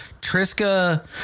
triska